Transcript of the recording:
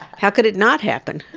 how could it not happen?